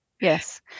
yes